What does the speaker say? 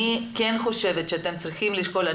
אני כן חושבת שאתם צריכים לשקול.